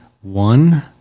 One